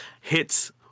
hits